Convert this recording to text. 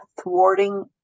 thwarting